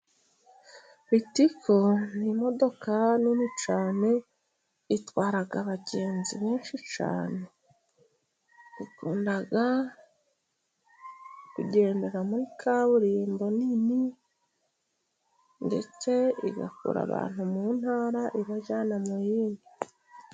Ritico ni imodoka nini cyane itwara abagenzi benshi cyane. Ikunda kugendera muri kaburimbo nini. Ndetse igakura abantu mu ntara ibajyana mu yindi.